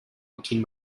joaquin